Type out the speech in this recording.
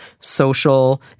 social